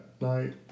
Night